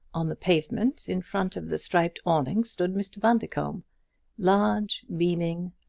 on the pavement in front of the striped awning stood mr. bundercombe large, beaming,